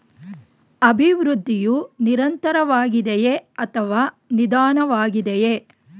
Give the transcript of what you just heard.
ಅಭಿವೃದ್ಧಿಯು ನಿರಂತರವಾಗಿದೆಯೇ ಅಥವಾ ನಿಧಾನವಾಗಿದೆಯೇ?